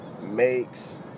makes